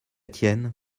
tienne